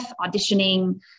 auditioning